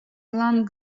long